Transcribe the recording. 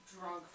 drunk